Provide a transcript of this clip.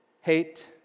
Hate